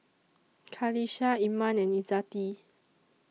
Qalisha Iman and Izzati